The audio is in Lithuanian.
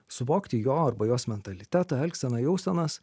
suvokti jo arba jos mentalitetą elgseną jausenas